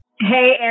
Hey